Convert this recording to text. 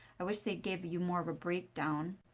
i wish they gave you more of a break down.